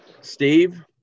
steve